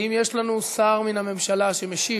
האם יש לנו שר מן הממשלה שמשיב?